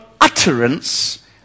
utterance